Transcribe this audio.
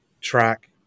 track